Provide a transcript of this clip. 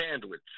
Sandwich